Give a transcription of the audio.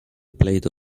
plate